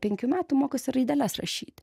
penkių metų mokosi raideles rašyti